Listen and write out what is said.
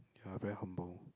are very humble